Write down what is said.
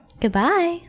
Goodbye